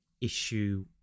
issue